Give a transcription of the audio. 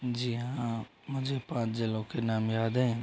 जी हाँ मुझे पाँच जिलों के नाम याद हैं